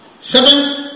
seventh